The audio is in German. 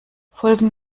folgen